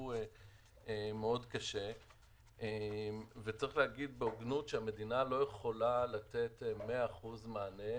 שנפגעו מאוד קשה וצריך להגיד בהוגנות שהמדינה לא יכולה לתת 100% מענה,